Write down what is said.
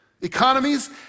economies